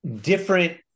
different